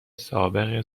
سابق